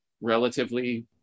relatively